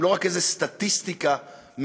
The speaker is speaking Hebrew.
והם לא רק איזה סטטיסטיקה מעצבנת